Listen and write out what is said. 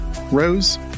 Rose